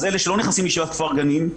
אז אלה שלא נכנסים לישיבת "כפר גנים",